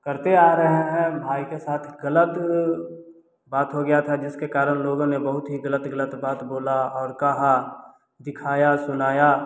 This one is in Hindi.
करते आ रहे हैं भाई के साथ गलत बात हो गया था जिसके कारण लोग हमें बहुत ही गलत गलत बात बोला और कहा दिखाया सुनाया